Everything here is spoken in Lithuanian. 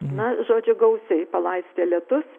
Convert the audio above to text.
na žodžiu gausiai palaistė lietus